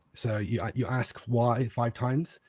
so yeah you ask why five times.